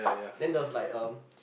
then there was like um